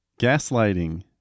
gaslighting